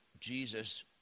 Jesus